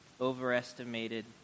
overestimated